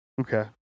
Okay